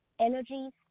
energies